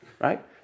right